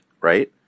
right